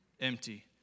empty